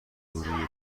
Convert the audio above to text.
روی